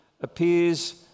appears